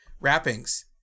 Wrappings